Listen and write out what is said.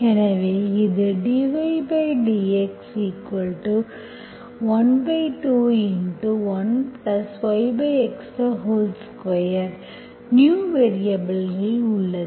எனவே இது dydx121YX2 new வேரியபல்கள் உள்ளது